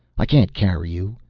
i can't. carry you.